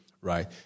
right